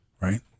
right